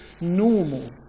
normal